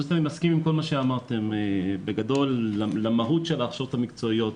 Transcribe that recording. אני מסכים עם כל מה שאמרתם לגבי מהות ההכשרות המקצועיות.